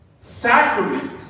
sacrament